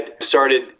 started